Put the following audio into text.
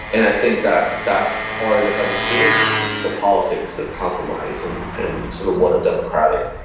and i think that that's part of understanding the politics of compromise and and sort of what a democratic